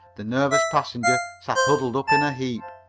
the nervous passenger sat huddled up in a heap,